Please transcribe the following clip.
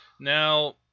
Now